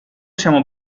siamo